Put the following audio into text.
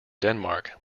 denmark